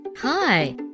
Hi